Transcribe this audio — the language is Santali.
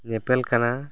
ᱧᱮᱯᱮᱞ ᱠᱟᱱᱟ